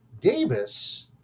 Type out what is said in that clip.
Davis